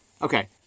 Okay